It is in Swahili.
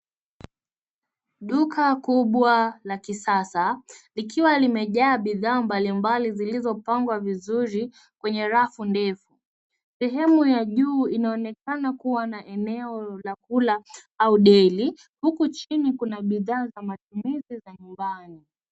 Duka kubwa la kisasa likiwa limejaa bidhaa mbalimbali zilzopangwa vizuri kwenye rafu ndefu. Sehemu ya juu inaonekana kuwa na eneo la kula au deli huku chini kuna bidhaa ya matumizi ya nyumbani.